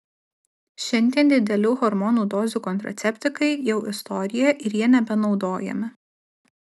šiandien didelių hormonų dozių kontraceptikai jau istorija ir jie nebenaudojami